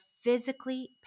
physically